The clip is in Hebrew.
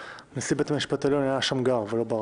נשיא בית המשפט העליון היה שמגר ולא ברק.